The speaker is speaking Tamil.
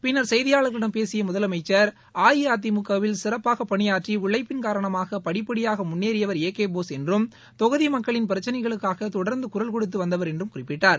பின்னர் செய்தியாளர்களிடம் பேசிய முதலமைச்சர் அஇஅதிமுகவில் சிறப்பாக பணியாற்றி உழைப்பிள் காரணமாக படிப்படியாக முன்னேறியவர் ஏ கே போஸ் என்றும் தொகுதி மக்களின் பிரச்சிளைகளுக்காக தொடர்ந்து குரல் கொடுத்து வந்தவர் என்றும் குறிப்பிட்டார்